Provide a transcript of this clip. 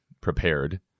prepared